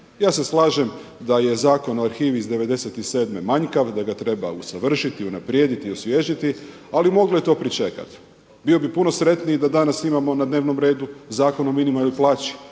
Ja se slažem da je Zakon o arhivi iz '97. manjkav, da ga treba usavršiti, unaprijediti, osvježiti ali moglo je to pričekat. Bio bi puno sretniji da danas imamo na dnevnom redu Zakon o minimalnoj plaći.